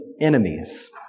enemies